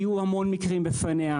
יהיו המון מקרים לפניה,